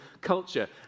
culture